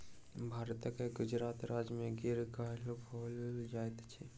भारतक गुजरात राज्य में गिर गाय पाओल जाइत अछि